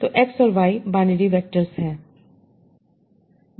तो एक्स और Y binary vectors हैं